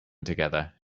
together